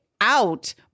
out